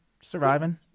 surviving